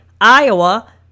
Iowa